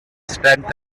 strength